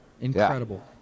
Incredible